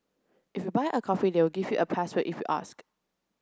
if you buy a coffee they'll give you a password if you ask